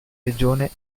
regione